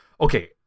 Okay